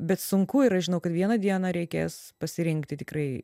bet sunku ir aš žinau kad vieną dieną reikės pasirinkti tikrai